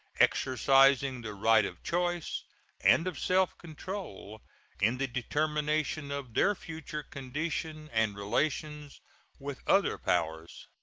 exercising the right of choice and of self-control in the determination of their future condition and relations with other powers.